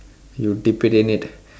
you dip it in it